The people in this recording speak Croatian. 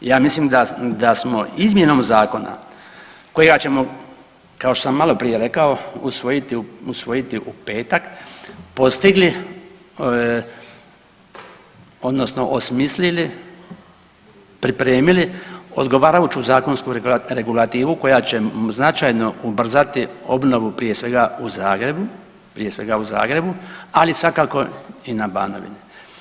Ja mislim da smo izmjenom zakona kojega ćemo kao što sam malo prije rekao usvojiti u petak postigli odnosno osmislili, pripremili odgovarajuću zakonsku regulativu koja će značajno ubrzati obnovu prije svega u Zagrebu, ali svakako i na Banovini.